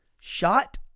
Shot